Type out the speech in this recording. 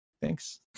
Thanks